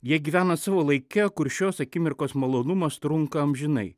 jie gyvena savo laike kur šios akimirkos malonumas trunka amžinai